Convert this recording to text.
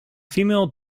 female